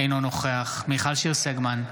אינו נוכח מיכל שיר סגמן,